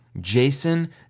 Jason